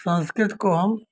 संस्कृत को हम